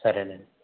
సరే అండి